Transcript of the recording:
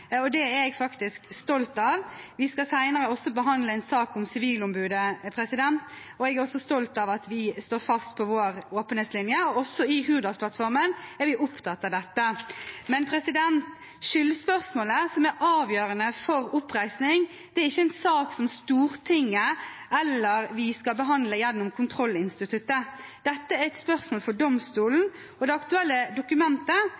og det er jeg faktisk stolt av. Vi skal senere også behandle en sak om Sivilombudet. Jeg er stolt av at vi står fast på vår åpenhetslinje. Også i Hurdalsplattformen er vi opptatt av dette. Skyldspørsmålet som er avgjørende for oppreisning, er ikke en sak Stortinget eller vi skal behandle gjennom kontrollinstituttet. Dette er et spørsmål for domstolen. Det aktuelle dokumentet